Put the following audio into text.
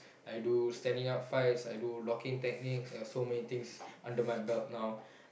I do standing up fights I do locking techniques I got so many things under my belt now